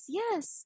yes